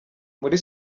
muri